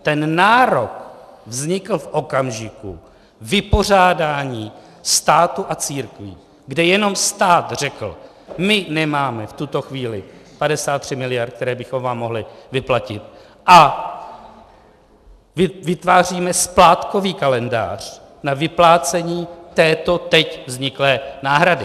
Ten nárok vznikl v okamžiku vypořádání státu a církví, kde jenom stát řekl: My nemáme v tuto chvíli 53 miliard, které bychom vám mohli vyplatit, a vytváříme splátkový kalendář na vyplácení této teď vzniklé náhrady.